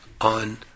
on